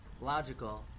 logical